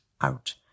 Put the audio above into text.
out